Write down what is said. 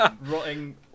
rotting